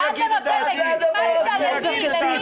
מה אתה נותן לגיטימציה למי?